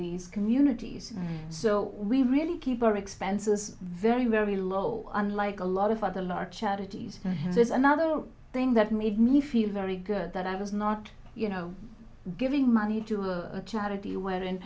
these communities so we really keep our expenses very very low unlike a lot of other large charities and there's another thing that made me feel very good that i was not you know giving money to a charity where and